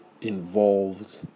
involved